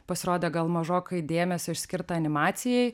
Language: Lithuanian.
pasirodė gal mažokai dėmesio išskirta animacijai